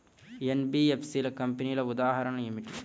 NBFC కంపెనీల ఉదాహరణ ఏమిటి?